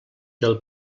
del